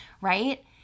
right